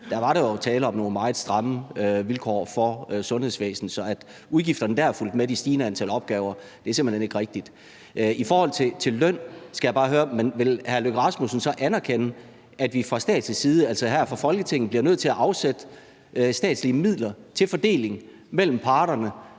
der jo tale om nogle meget stramme vilkår for sundhedsvæsenet. Så at sige, at udgifterne fulgte med de stigende opgaver, er simpelt hen ikke rigtigt. I forhold til det om lønnen skal jeg bare høre: Vil hr. Lars Løkke Rasmussen så anerkende, at vi fra statslig side, altså her fra Folketinget, bliver nødt til at afsætte statslige midler til fordeling mellem parterne